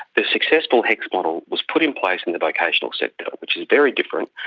the successful hecs model was put in place in the vocational sector, which is very different,